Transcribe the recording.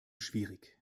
schwierig